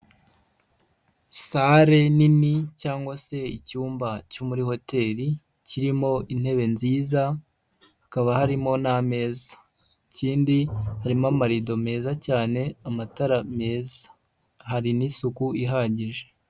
Sale nini cyangwa se icyumba cyo muri hoteli kirimo intebe nziza hakaba harimo n'ameza, ikindi harimo amarido meza cyane, amatara meza, hari n'isuku ihagije.